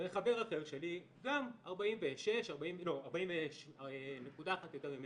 וחבר אחר שלי גם קיבל נקודה אחת יותר ממני.